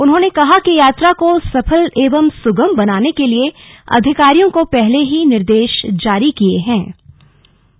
उन्होंने कहा कि यात्रा को सफल एवं सुगम बनाने के लिए अधिकारियों को पहले ही निर्देश जारी किये गये हैं